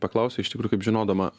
paklausei iš tikrųjų kaip žinodama